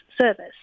service